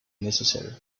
necessary